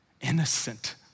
innocent